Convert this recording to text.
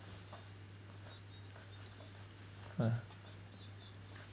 uh